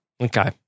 okay